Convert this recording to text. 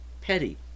petty